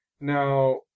Now